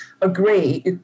agree